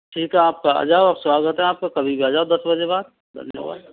ठीक है तो आप आ जाओ स्वागत है आपका कभी भी आ जाओ दस बजे के बाद धन्यवाद